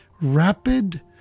rapid